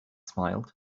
smiled